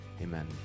Amen